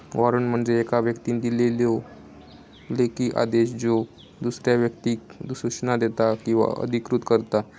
warrant म्हणजे येका व्यक्तीन दिलेलो लेखी आदेश ज्यो दुसऱ्या व्यक्तीक सूचना देता किंवा अधिकृत करता